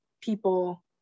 people